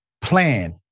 plan